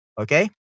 okay